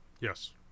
Yes